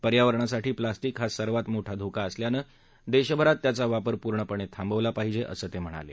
पर्यावरणासाठी प्लास्टिक हा सर्वात मोठा धोका असल्याने देशभरात त्याचा वापर पूर्णपणे थांबवला पाहिजे असं ते म्हणाले